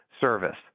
Service